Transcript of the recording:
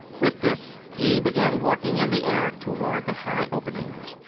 with this he began walking in the air toward the high openings,